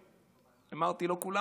אמרתי, לא כולם, אבל חלקם.